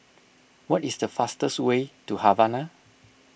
what is the fastest way to Havana